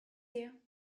you